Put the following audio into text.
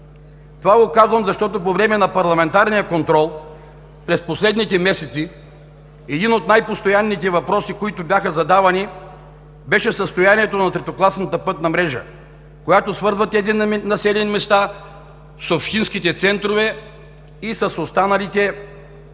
Това го казвам, защото по време на парламентарния контрол през последните месеци един от най-постоянните въпроси, които бяха задавани, беше за състоянието на третокласната пътна мрежа, която свързва тези населени места с общинските центрове и с останалите пътища